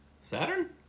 Saturn